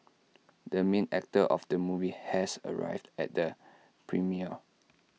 the main actor of the movie has arrived at the premiere